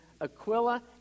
Aquila